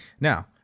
now